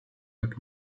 jak